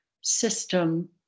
system